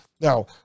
Now